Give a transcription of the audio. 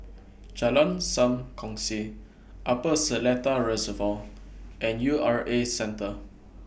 Jalan SAM Kongsi Upper Seletar Reservoir and U R A Centre